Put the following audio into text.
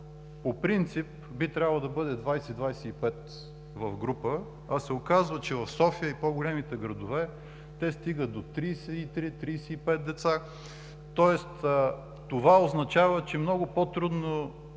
по принцип би трябвало да бъде 20 – 25 в група. Оказва се, че в София и в по-големите градове те стигат до 33 – 35 деца. Това означава, че много по-трудно